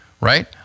right